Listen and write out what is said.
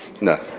No